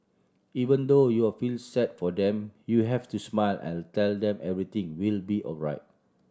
even though you will feel sad for them you have to smile and tell them everything will be alright